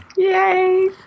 Yay